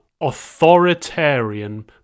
authoritarian